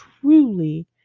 truly